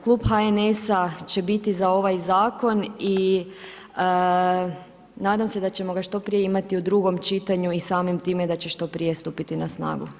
Klub HNS-a će biti za ovaj zakon i nadam se da ćemo ga što prije imati u drugom čitanju i samim time da će što prije stupiti na snagu.